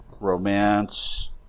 romance